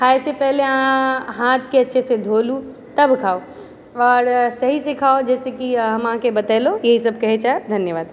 खाएसँ पहले अहाँ हाथके अच्छे से धो लु तब खाउ आओर सही से खाउ जैसेकी हम अहाँके बतेलहुँ इएह सब कहै छै धन्यवाद